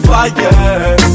Fire